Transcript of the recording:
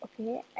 Okay